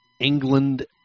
England